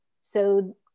So-